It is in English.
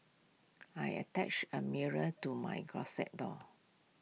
I attached A mirror to my closet door